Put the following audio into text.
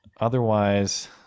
Otherwise